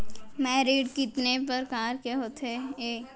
Bank ऋण कितने परकार के होथे ए?